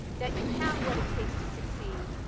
that you have what it takes to succeed,